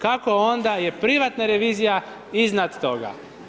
Kako onda je privatna revizija iznad toga?